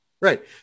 Right